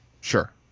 sure